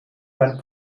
mein